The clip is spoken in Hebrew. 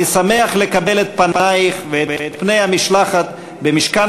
אני שמח לקבל את פנייך ואת פני משלחתך במשכן